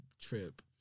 trip